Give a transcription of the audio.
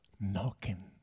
knocking